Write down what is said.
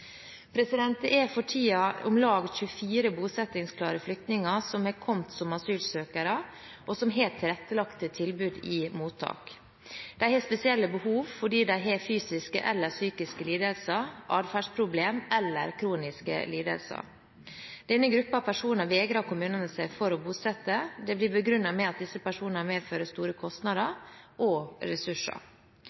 Det er for tiden om lag 24 bosettingsklare flyktninger som er kommet som asylsøkere, og som har tilrettelagte tilbud i mottak. De har spesielle behov fordi de har fysiske eller psykiske lidelser, atferdsproblemer eller kroniske lidelser. Denne gruppen personer vegrer kommunene seg for å bosette. Det blir begrunnet med at disse personene medfører store kostnader og ressurser.